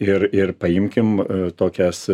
ir ir paimkim tokias